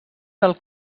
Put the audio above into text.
del